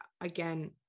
again